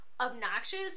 obnoxious